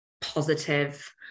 positive